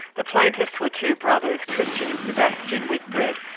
the plaintiffs were two brothers, christian and sebastian whitbread.